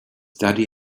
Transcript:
daddy